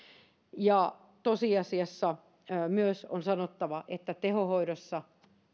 ja tosiasiassa on myös sanottava että tehohoidossa